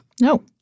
No